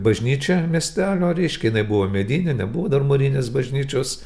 bažnyčia miestelio reiškia jinai buvo medinė nebuvo dar mūrinės bažnyčios